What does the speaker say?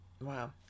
Wow